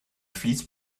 fleece